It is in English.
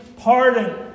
pardon